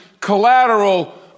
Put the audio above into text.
collateral